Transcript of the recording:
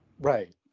Right